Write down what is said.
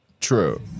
True